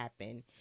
happen